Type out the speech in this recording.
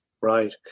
right